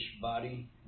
body